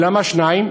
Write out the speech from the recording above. למה שניים?